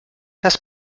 das